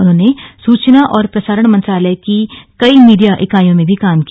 उन्होंने सूचना और प्रसारण मंत्रालय की कई मीडिया इकाईयों में काम किया